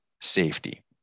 safety